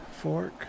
fork